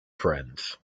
friends